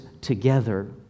together